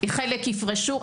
חלק יפרשו.